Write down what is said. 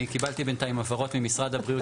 אני קיבלתי בינתיים הבהרות ממשרד הבריאות